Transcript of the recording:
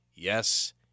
Yes